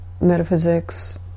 metaphysics